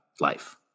life